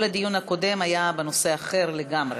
כל הדיון הקודם היה בנושא אחר לגמרי.